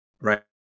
Right